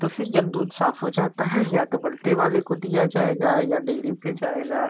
तो फिर जब दूध साफ हो जाता है या तो बल्टे वाले को दिया जाएगा या डेरी पर जाएगा